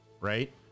Right